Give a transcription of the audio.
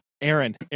Aaron